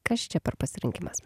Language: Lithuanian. kas čia per pasirinkimas